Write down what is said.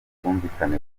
ubwumvikane